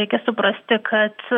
reikia suprasti kad